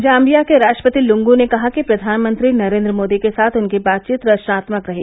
Zambia के राष्ट्रपति लंग ने कहा कि प्रधानमंत्री नरेंद्र मोदी के साथ उनकी बातचीत रचनात्मक रही